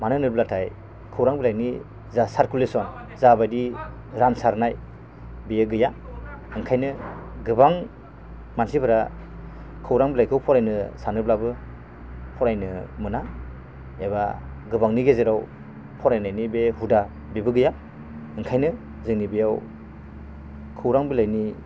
मानो होनोब्लाथाय खौरां बिलाइनि जा सारकुलेसन जाबादि रानसारनाय बेयो गैया ओंखायनो गोबां मानसिफोरा खौरां बिलाइखौ फरायनो सानोब्लाबो फरायनो मोना एबा गोबांनि गेजेराव फरायनायनि बे हुदा बेबो गैया ओंखायनो जोंनि बेयाव खौरां बिलाइनि